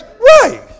right